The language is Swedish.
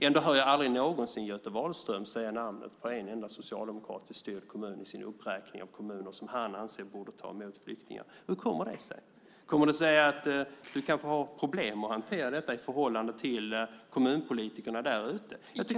Ändå hör jag aldrig någonsin Göte Wahlström säga namnet på en enda socialdemokratiskt styrd kommun i sin uppräkning av kommuner som han anser borde ta emot flyktingar. Hur kommer det sig? Kommer det sig av att du kanske har problem med att hantera detta i förhållande till kommunpolitikerna där ute?